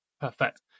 perfect